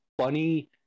funny